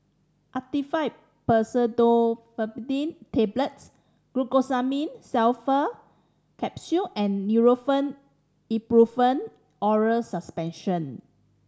Actifed Pseudoephedrine Tablets Glucosamine Sulfate Capsule and Nurofen Ibuprofen Oral Suspension